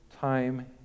time